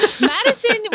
Madison